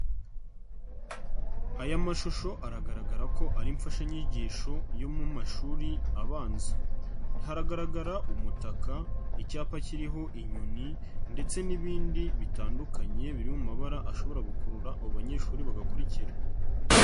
Aya mashusho aragaragara ko ari imfashanyigisho yo mu mashuri abanza. Haragaragara umutaka, icyapa kiriho inyoni ndetse n'ibindi bitandukanye biri mu mabara ashobora gukurura abo banyeshuri bagakurikira.